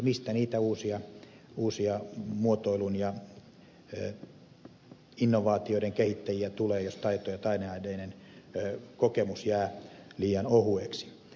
mistä niitä uusia muotoilun ja innovaatioiden kehittäjiä tulee jos taito ja taideaineiden kokemus jää liian ohueksi